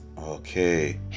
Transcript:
okay